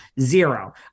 zero